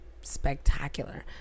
spectacular